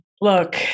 look